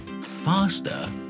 Faster